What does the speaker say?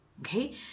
okay